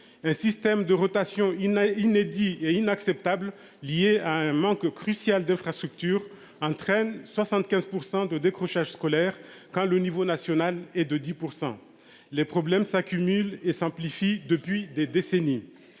Un système de rotation. Il n'a inédits et inacceptables liés à un manque crucial d'infrastructures hein traîne 75% de décrochage scolaire. Quand le niveau national et de 10% les problèmes s'accumulent et s'amplifie depuis des décennies.